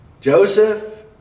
Joseph